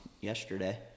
yesterday